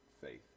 faith